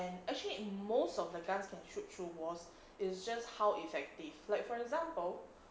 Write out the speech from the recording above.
and actually in most of the guns can shoot through walls it's just how effective like for example